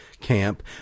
camp